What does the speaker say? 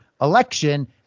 election